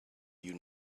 you